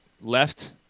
left